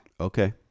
Okay